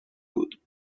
بود